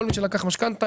כל מי שלקח משכנתה,